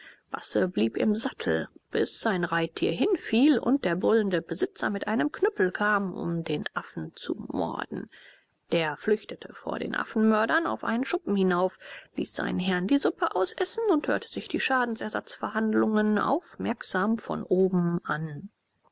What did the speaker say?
basse blieb im sattel bis sein reittier hinfiel und der brüllende besitzer mit einem knüppel kam um den affen zu morden der flüchtete vor den affenmördern auf einen schuppen hinauf ließ seinen herrn die suppe ausessen und hörte sich die schadenersatzverhandlungen aufmerksam von oben an